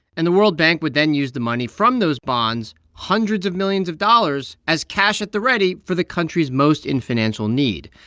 and the world bank would then use the money from those bonds hundreds of millions of dollars as cash at the ready for the countries most in financial need.